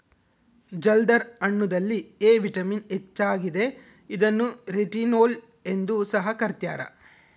ಜಲ್ದರ್ ಹಣ್ಣುದಲ್ಲಿ A vitamin ಹೆಚ್ಚಾಗಿದೆ ಇದನ್ನು ರೆಟಿನೋಲ್ ಎಂದು ಸಹ ಕರ್ತ್ಯರ